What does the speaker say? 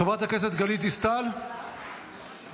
חברת הכנסת גלית דיסטל, בבקשה.